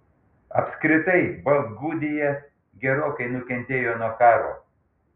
apskritai baltgudija gerokai nukentėjo nuo karo